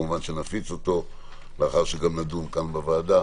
כמובן שנפיץ אותו לאחר שגם נדון כאן בוועדה